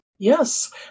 Yes